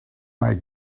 mae